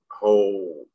whole